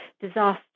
disaster